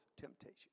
temptation